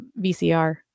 vcr